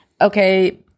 okay